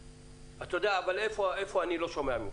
אני אגיד לך מה אני לא שומע ממך.